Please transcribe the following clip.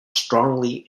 strongly